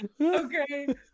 Okay